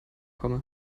komme